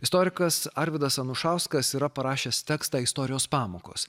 istorikas arvydas anušauskas yra parašęs tekstą istorijos pamokos